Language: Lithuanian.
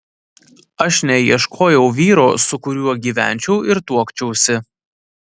aš neieškojau vyro su kuriuo gyvenčiau ir tuokčiausi